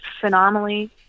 phenomenally